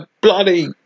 bloody